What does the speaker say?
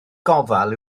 gofal